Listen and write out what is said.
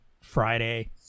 Friday